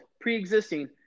pre-existing